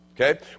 Okay